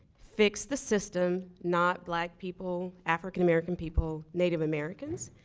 fix the system not black people, african american people, native americans,